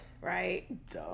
Right